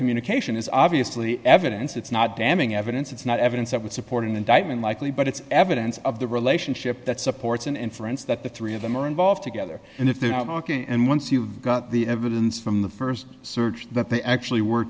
communication is obviously evidence it's not damning evidence it's not evidence that would support an indictment likely but it's evidence of the relationship that supports an inference that the three of them are involved together and if they're not talking and once you've got the evidence from the st search that they actually were